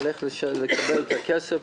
איך לקבל את הכסף,